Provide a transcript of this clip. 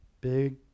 big